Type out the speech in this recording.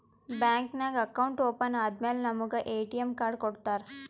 bank ನಾಗ್ account open ಆದಮ್ಯಾಲ ನಮುಗ ಎ.ಟಿ.ಎಮ್ ಕಾರ್ಡ್ ಕೊಡ್ತಾರ್